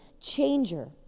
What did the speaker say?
changer